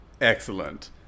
Excellent